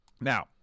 now